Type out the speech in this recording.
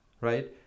Right